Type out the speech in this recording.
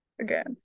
again